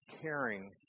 caring